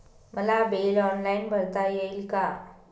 मला bill online भरता येईल का?